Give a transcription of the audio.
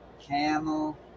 camel